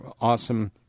Awesome